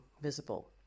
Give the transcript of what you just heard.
visible